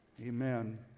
Amen